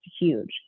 huge